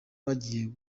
bagiye